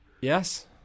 Yes